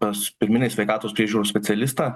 pas pirminės sveikatos priežiūros specialistą